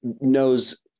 knows